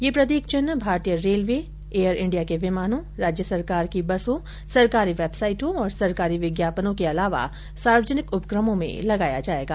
यह प्रतीक चिन्ह भारतीय रेलवे एयर इंडिया के विमानों राज्य सरकारों की बसों सरकारी वेबसाइटों और सरकारी विज्ञापनों के अलावा सार्वजनिक उपक्रमों में लगाया जाएगा